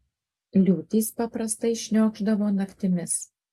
liūtys paprastai šniokšdavo naktimis